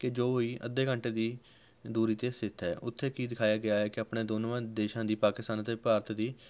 ਕਿ ਜੋ ਵੀ ਅੱਧੇ ਘੰਟੇ ਦੀ ਦੂਰੀ 'ਤੇ ਸਥਿਤ ਹੈ ਉੱਥੇ ਕੀ ਦਿਖਾਇਆ ਗਿਆ ਹੈ ਕਿ ਆਪਣੇ ਦੋਨੋਂ ਦੇਸ਼ਾਂ ਦੀ ਪਾਕਿਸਤਾਨ ਅਤੇ ਭਾਰਤ ਦੀ